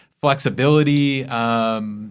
flexibility